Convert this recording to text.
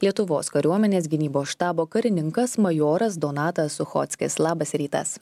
lietuvos kariuomenės gynybos štabo karininkas majoras donatas suchockis labas rytas